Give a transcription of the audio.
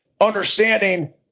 understanding